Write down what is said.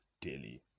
daily